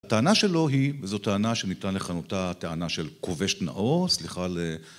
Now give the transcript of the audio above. הטענה שלו היא, וזו טענה שניתן לכנותה הטענה של כובש נאור, סליחה ש...